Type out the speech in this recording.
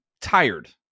tired